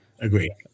Agree